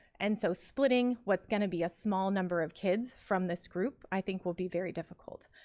and so splitting what's gonna be a small number of kids from this group, i think will be very difficult.